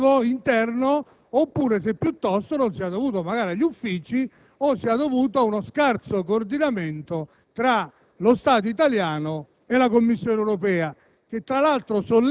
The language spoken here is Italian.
legislativo interno, oppure se piuttosto non sia dovuto agli uffici o allo scarso coordinamento tra lo Stato italiano e la Commissione europea.